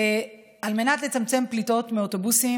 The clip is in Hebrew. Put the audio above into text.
על מנת לצמצם פליטות מאוטובוסים,